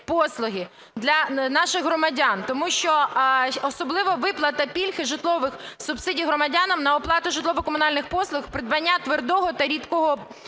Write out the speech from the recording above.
для наших громадян, особливо виплата пільг і житлових субсидій громадянам на оплату житлово-комунальних послуг, придбання твердого та рідкого